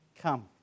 come